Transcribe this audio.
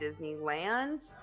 disneyland